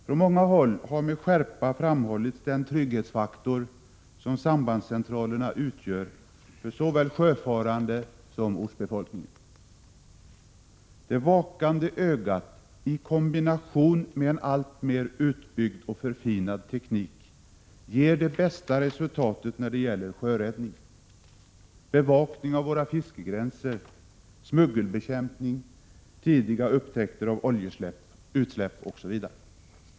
Från många håll har med skärpa framhållits den trygghetsfaktor som sambandscentralerna utgör för såväl sjöfarande som ortsbefolkning. Det vakande ögat i kombination med en alltmer utbyggd och förfinad teknik ger det bästa resultatet när det gäller sjöräddning, bevakning av våra fiskegränser, smuggelbekämpning, tidiga upptäckter av oljeutsläpp osv.